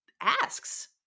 asks